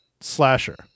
slasher